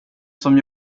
som